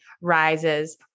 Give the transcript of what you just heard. rises